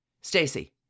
Stacy